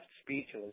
speechless